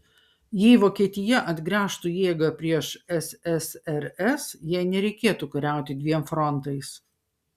jei vokietija atgręžtų jėgą prieš ssrs jai nereikėtų kariauti dviem frontais